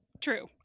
True